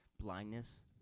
blindness